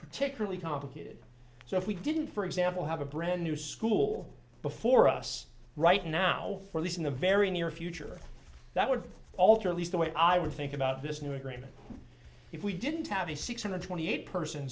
particularly complicated so if we didn't for example have a brand new school before us right now for this in the very near future that would alter at least the way i would think about this new agreement if we didn't have a six hundred twenty eight person